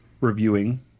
reviewing